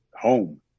home